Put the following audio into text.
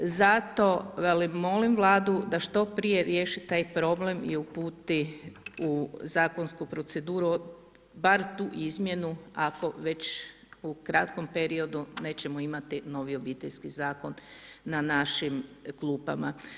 Zato molim Vladu da što prije riješi taj problem i uputi u zakonsku proceduru bar tu izmjenu ako već u kratkom periodu nećemo imati novi Obiteljski zakon na našim klupama.